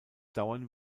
dauern